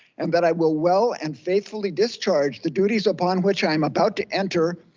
and that i will well and faithfully discharge the duties upon which i'm about to enter.